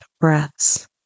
breaths